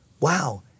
wow